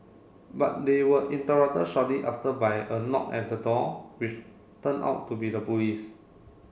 but they were interrupted shortly after by a knock at the door which turn out to be the police